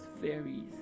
fairies